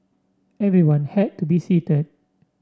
everyone had to be seated